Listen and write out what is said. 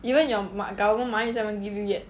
even your m~ government money also haven't give you yet